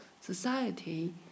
society